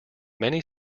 many